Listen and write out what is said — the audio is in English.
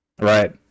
Right